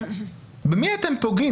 במי אתם פוגעים?